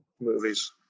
movies